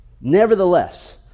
Nevertheless